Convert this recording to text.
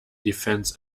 defends